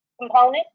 component